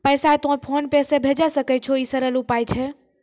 पैसा तोय PhonePe से भैजै सकै छौ? ई सरल उपाय छै?